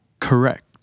correct